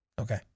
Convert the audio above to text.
Okay